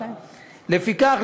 לפיכך,